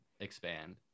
expand